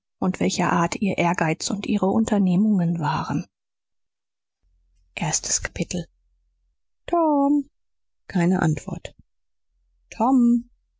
und welcher art ihr ehrgeiz und ihre unternehmungen waren erstes kapitel tom keine antwort tom